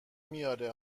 میاره